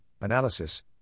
analysis